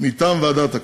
מטעם ועדת הכנסת.